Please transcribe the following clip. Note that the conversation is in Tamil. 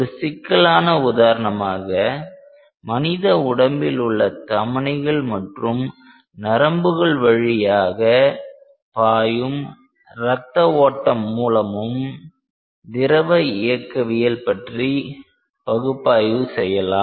ஒரு சிக்கலான உதாரணமாக மனித உடம்பில் உள்ள தமனிகள் மற்றும் நரம்புகள் வழியாக பாயும் ரத்த ஓட்டம் மூலமும் திரவ இயக்கவியல் பற்றி பகுப்பாய்வு செய்யலாம்